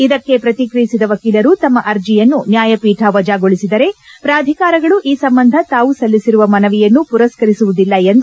ಇದಕ್ಕೆ ಪ್ರತಿಕ್ರಿಯಿಸಿದ ವಕೀಲರು ತಮ್ಮ ಅರ್ಜಿಯನ್ನು ನ್ಹಾಯಪೀಠ ವಜಾಗೊಳಿಸಿದರೆ ಪ್ರಾಧಿಕಾರಗಳು ಈ ಸಂಬಂಧ ತಾವು ಸಲ್ಲಿಸಿರುವ ಮನವಿಯನ್ನು ಪುರಸ್ಕರಿಸುವುದಿಲ್ಲ ಎಂದು ಪೀಠಕ್ಕೆ ತಿಳಿಸಿದರು